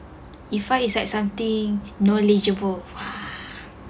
iffa is like something knowledgeable